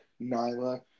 Nyla